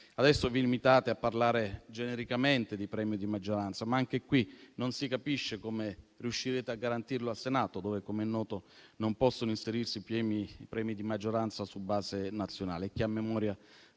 Adesso vi limitate a parlare genericamente di premio di maggioranza, ma anche qui non si capisce come riuscirete a garantirlo al Senato, dove - com'è noto - non possono inserirsi i premi di maggioranza su base nazionale e chi ha memoria